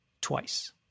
twice